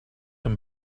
him